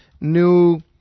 new